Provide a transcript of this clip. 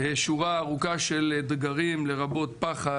שורה ארוכה של אתגרים לרבות פח"ע,